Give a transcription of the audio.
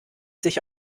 sich